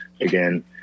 again